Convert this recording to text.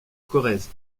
corrèze